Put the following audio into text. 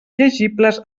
llegibles